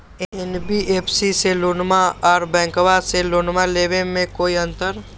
NBFC से लोनमा आर बैंकबा से लोनमा ले बे में कोइ अंतर?